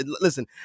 Listen